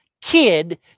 kid